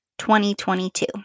2022